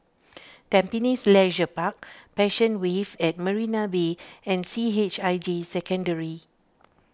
Tampines Leisure Park Passion Wave at Marina Bay and C H I J Secondary